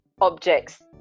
objects